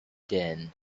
din